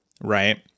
right